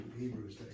Hebrews